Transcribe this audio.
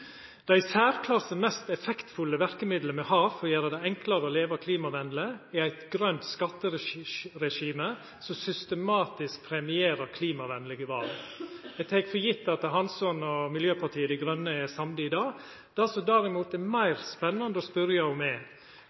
Det i særklasse mest effektfulle verkemidlet me har for å gjera det enklare å leva klimavenleg, er eit grønt skatteregime som systematisk premierer klimavenlege val. Eg tek for gitt at Hansson og Miljøpartiet Dei Grøne er samde i det. Det som derimot er meir spennande å spørja om, er: